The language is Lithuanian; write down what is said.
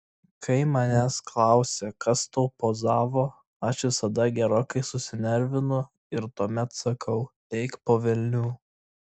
kai manęs klausia kas tau pozavo aš visada gerokai susinervinu ir tuomet sakau eik po velnių